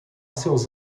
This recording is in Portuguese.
seus